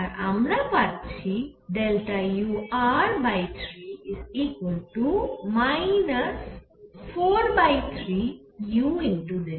আর আমরা পাচ্ছি ur3 4u3r